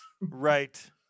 Right